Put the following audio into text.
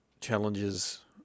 challenges